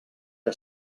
que